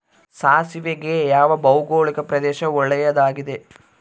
ಸಾಸಿವೆಗೆ ಯಾವ ಭೌಗೋಳಿಕ ಪ್ರದೇಶ ಒಳ್ಳೆಯದಾಗಿದೆ?